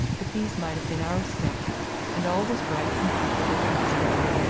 but these might have been our steps and all was bright and peaceful and still.